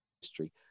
history